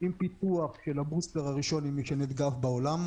עם פיתוח של הבוסטר הראשון בעולם,